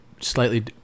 slightly